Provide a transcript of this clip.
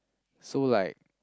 so like